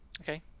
Okay